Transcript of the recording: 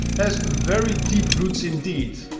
has very deep roots indeed.